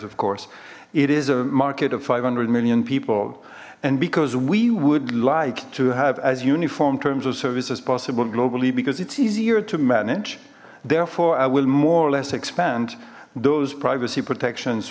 of course it is a market of five hundred million people and because we would like to have as uniform terms of service as possible globally because it's easier to manage therefore i will more or less expand those privacy protections